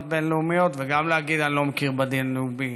בין-לאומיות וגם להגיד: אני לא מכיר בדין הבין-לאומי,